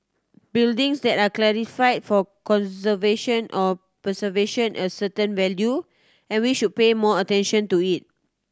buildings that are classified for conservation or preservation a certain value and we should pay more attention to it